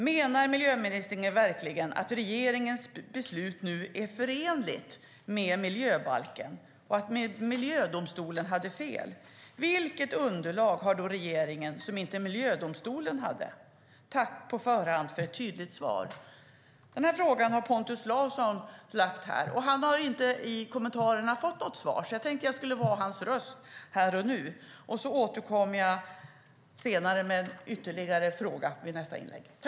Menar du verkligen att regeringens beslut nu är förenligt med miljöbalken och att miljödomstolen hade fel? Vilket underlag har då regeringen som inte miljödomstolen hade? Tack på förhand för ett tydligt svar! Pontus Larsson har inte fått något svar i kommentarsfältet, så jag får vara hans röst här och nu. Jag återkommer i nästa inlägg med ytterligare en fråga.